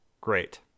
Great